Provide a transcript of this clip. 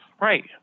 Right